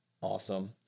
Awesome